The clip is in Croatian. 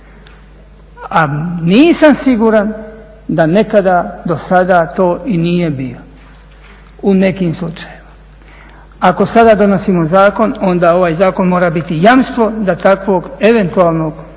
a nisam siguran da nekada do sada to i nije bio u nekim slučajevima. Ako sada donosimo zakon onda ovaj zakon mora biti jamstvo da takvog eventualnog reketa